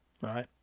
right